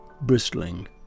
bristling